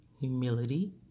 Humility